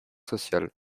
sociales